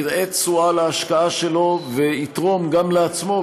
יראה תשואה להשקעה שלו ויתרום גם לעצמו,